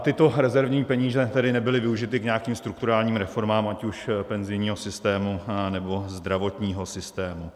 Tyto rezervní peníze tedy nebyly využity k nějakým strukturálním reformám, ať už penzijního systému, nebo zdravotního systému.